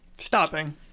stopping